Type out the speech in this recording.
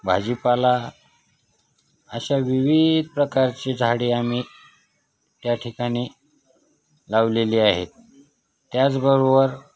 भाजीपाला अशा विविध प्रकारची झाडे आम्ही त्या ठिकाणी लावलेली आहेत त्याचबरोबर